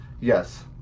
yes